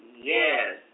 Yes